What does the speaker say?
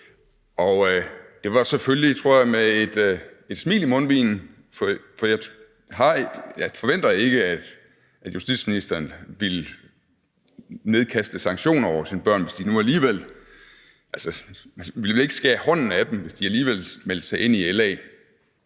LA. Det var selvfølgelig, tror jeg, med et smil i mundvigen, for jeg forventer ikke, at justitsministeren ville nedkaste sanktioner over sine børn eller skære hånden af dem, hvis de alligevel meldte sig ind i LA.